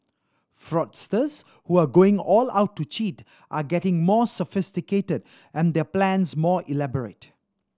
fraudsters who are going all out to cheat are getting more sophisticated and their plans more elaborate